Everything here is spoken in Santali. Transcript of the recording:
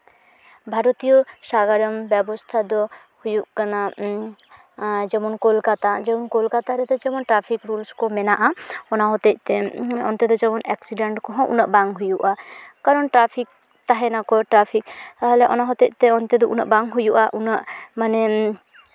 ᱵᱷᱟᱨᱚᱛᱤᱭᱚ ᱥᱟᱜᱟᱲᱚᱢ ᱵᱮᱵᱚᱥᱛᱷᱟ ᱫᱚ ᱦᱩᱭᱩᱜ ᱠᱟᱱᱟ ᱡᱮᱢᱚᱱ ᱠᱳᱞᱠᱟᱛᱟ ᱡᱮᱢᱚᱱ ᱠᱳᱞᱠᱟᱛᱟ ᱨᱮᱫᱚ ᱡᱮᱢᱚᱱ ᱴᱨᱟᱯᱷᱤᱠ ᱨᱩᱞᱥ ᱠᱚ ᱢᱮᱱᱟᱜᱼᱟ ᱚᱱᱟ ᱦᱚᱛᱮᱫ ᱛᱮ ᱚᱱᱛᱮ ᱫᱚ ᱡᱮᱢᱚᱱ ᱮᱠᱥᱤᱰᱮᱱᱴ ᱠᱚᱦᱚᱸ ᱩᱱᱟᱹᱜ ᱵᱟᱝ ᱦᱩᱭᱩᱜᱼᱟ ᱠᱟᱨᱚᱱ ᱛᱟᱦᱮᱱᱟᱠᱚ ᱴᱨᱟᱯᱷᱤᱠ ᱛᱟᱦᱞᱮ ᱚᱱᱟ ᱦᱚᱛᱮᱫ ᱛᱮ ᱚᱱᱛᱮ ᱫᱚ ᱵᱟᱝ ᱦᱩᱭᱩᱜᱼᱟ ᱩᱱᱟᱹᱜ ᱢᱟᱱᱮ